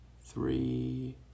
three